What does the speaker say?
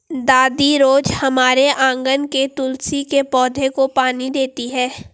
दादी रोज हमारे आँगन के तुलसी के पौधे को पानी देती हैं